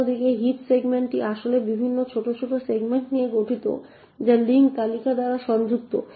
অন্যদিকে হিপ সেগমেন্টটি আসলে বিভিন্ন ছোট ছোট সেগমেন্ট নিয়ে গঠিত যা লিঙ্ক তালিকা দ্বারা সংযুক্ত